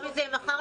גם אם זה יהיה מחר,